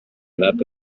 data